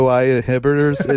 inhibitors